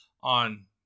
on